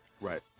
right